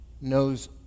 knows